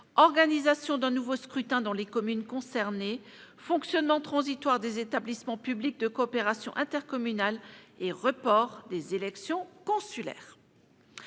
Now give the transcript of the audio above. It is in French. organisation d'un nouveau scrutin dans les communes concernées, fonctionnement transitoire des établissements publics de coopération intercommunale et report des élections consulaires